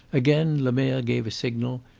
again lemerre gave a signal,